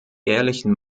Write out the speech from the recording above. ehrlichen